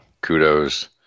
kudos